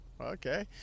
Okay